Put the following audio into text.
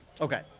Okay